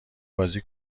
بازی